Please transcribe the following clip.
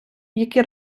які